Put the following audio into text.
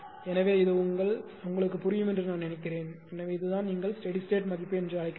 எனவே இது உங்களுக்கு புரியும் என்று நான் நினைக்கிறேன் எனவே இதுதான் நீங்கள் ஸ்டெடி ஸ்டேட் மதிப்பு என்று அழைக்கிறீர்கள்